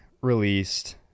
released